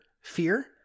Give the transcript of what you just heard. fear